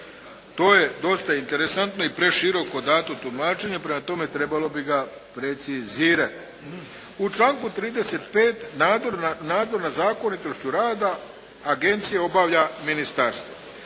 to je dosta interesantno i preširoko dato tumačenje. Prema tome trebalo bi ga precizirati. U članku 35. nadzor nad zakonitošću rada Agencije obavlja Ministarstvo.